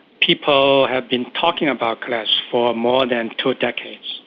people have been talking about collapse for more than two decades,